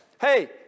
Hey